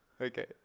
Okay